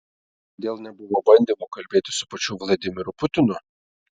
kodėl nebuvo bandymų kalbėti su pačiu vladimiru putinu